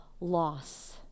loss